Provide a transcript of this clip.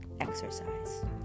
exercise